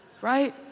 Right